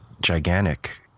gigantic